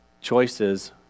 choices